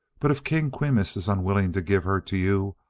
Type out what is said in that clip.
but if king quimus is unwilling to give her to you,